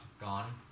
gone